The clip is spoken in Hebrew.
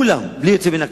כולם, בלי יוצא מן הכלל,